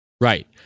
right